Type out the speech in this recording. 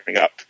up